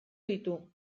ditu